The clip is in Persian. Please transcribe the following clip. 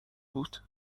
بود